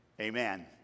Amen